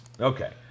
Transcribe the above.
okay